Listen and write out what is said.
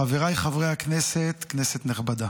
חבריי חברי הכנסת, כנסת נכבדה,